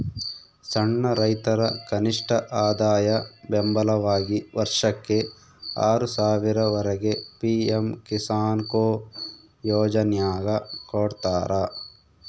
ಸಣ್ಣ ರೈತರ ಕನಿಷ್ಠಆದಾಯ ಬೆಂಬಲವಾಗಿ ವರ್ಷಕ್ಕೆ ಆರು ಸಾವಿರ ವರೆಗೆ ಪಿ ಎಂ ಕಿಸಾನ್ಕೊ ಯೋಜನ್ಯಾಗ ಕೊಡ್ತಾರ